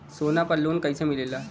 सोना पर loan कइसे मिलेला?